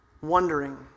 Wondering